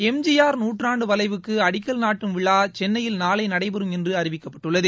எம்ஜிஆர் நூற்றாண்டு வளைவுக்கு அடிக்கல் நாட்டும் விழா சென்னையில் நாளை நடைபெறும் என்று அறிவிக்கப்பட்டுள்ளது